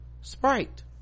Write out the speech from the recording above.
Sprite